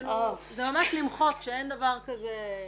זה ממש למחוק, שאין דבר כזה.